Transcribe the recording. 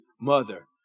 mother